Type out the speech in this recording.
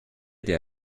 der